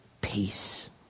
peace